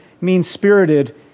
mean-spirited